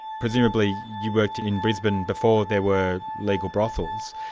presumably you worked in brisbane before there were legal brothels.